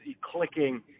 clicking